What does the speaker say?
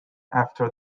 after